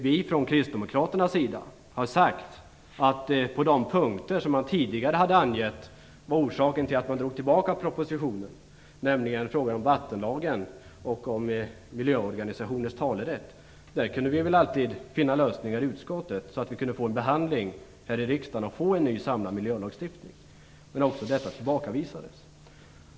Vi från kristdemokraterna har sagt att man när det gällde de punkter som man tidigare hade angett vara orsaken till att propositionen drogs tillbaka - frågan om vattenlagen och om miljöorganisationernas talerätt - alltid skulle kunna finna lösningar i utskottet för att få till stånd en behandling här i riksdagen så att det gick att åstadkomma en samlad miljölagstiftning. Men också detta tillbakavisades.